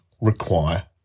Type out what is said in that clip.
require